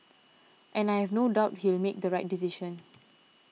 and I have no doubt he'll make the right decision